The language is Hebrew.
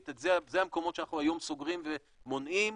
אלה המקומות שאנחנו היום סוגרים ומונעים,